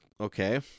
Okay